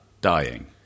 Dying